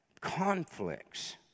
conflicts